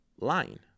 line